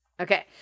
Okay